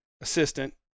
assistant